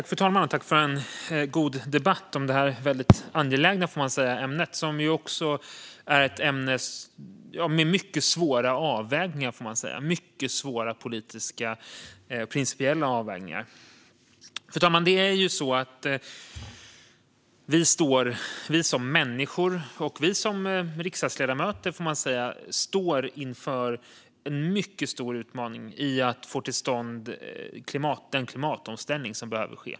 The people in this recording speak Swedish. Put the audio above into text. Fru talman! Tack för en god debatt om detta angelägna ämne. Det är ju också ett ämne med mycket svåra avvägningar - mycket svåra politiska, principiella avvägningar. Fru talman! Det är ju så att vi som människor - och som riksdagsledamöter - står inför en mycket stor utmaning i att få till stånd den klimatomställning som behöver ske.